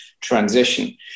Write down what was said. transition